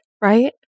Right